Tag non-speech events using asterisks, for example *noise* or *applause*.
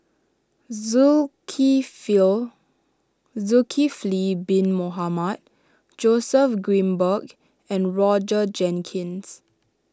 *unintelligible* Zulkifli Bin Mohamed Joseph Grimberg and Roger Jenkins